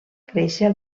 créixer